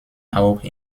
auch